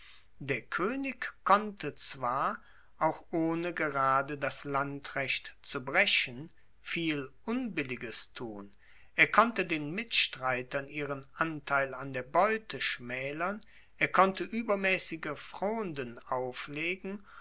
der koenig konnte zwar auch ohne gerade das landrecht zu brechen viel unbilliges tun er konnte den mitstreitern ihren anteil an der beute schmaelern er konnte uebermaessige fronden auflegen